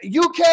UK